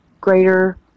greater